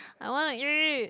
I want to eat